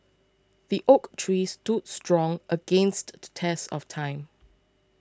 the oak tree stood strong against the test of time